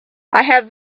have